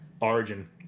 origin